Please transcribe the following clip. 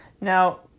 Now